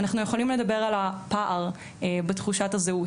אנחנו יכולים לדבר על הפער בתחושת הזהות,